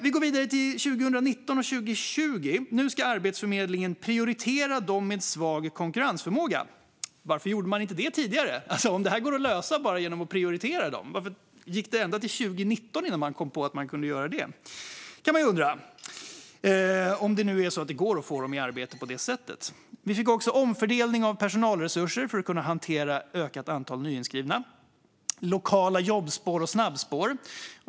Vi går vidare till 2019 och 2020. Då skulle Arbetsförmedlingen prioritera dem med svag konkurrensförmåga. Varför gjorde man inte det tidigare? Om det här går att lösa genom att prioritera dem, varför dröjde det ända till 2019 innan man kom på att man kunde göra det? Det kan man ju undra om det nu är så att det går att få dem i arbete på det sättet. Vi fick omfördelning av personalresurser för att kunna hantera ett ökat antal nyinskrivna och lokala jobbspår och snabbspår.